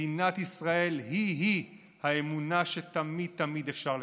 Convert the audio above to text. מדינת ישראל היא-היא האמונה שתמיד תמיד אפשר לתקן.